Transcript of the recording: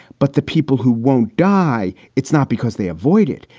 but the people who won't die, it's not because they avoid it.